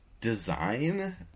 design